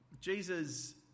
Jesus